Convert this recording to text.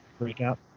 Breakout